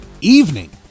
evening